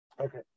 okay